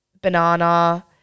banana